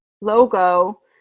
logo